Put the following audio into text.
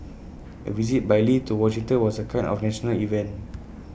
A visit by lee to Washington was A kind of national event